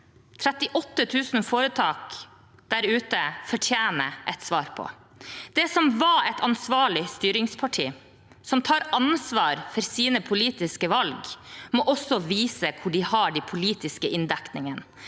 38 000 foretak der ute, fortjener et svar på. Det som var et ansvarlig styringsparti, som tar ansvar for sine politiske valg, må også vise hvor de har de politiske inndekningene,